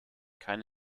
keine